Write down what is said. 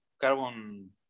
carbon